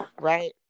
right